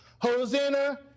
Hosanna